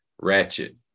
ratchet